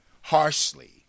harshly